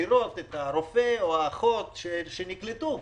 לראות את הרופא או האחות שנקלטו.